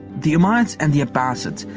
the umayyads and the abbasids,